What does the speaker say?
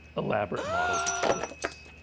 elaborate models of ships